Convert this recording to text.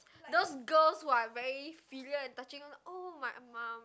those girls who are very filial and touching oh my mum